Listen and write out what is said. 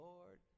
Lord